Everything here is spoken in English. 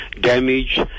damage